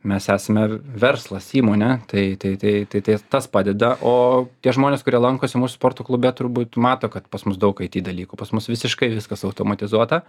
mes esame verslas įmonė tai tai tai tai tas padeda o tie žmonės kurie lankosi mūsų sporto klube turbūt mato kad pas mus daug it dalykų pas mus visiškai viskas automatizuota